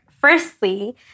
firstly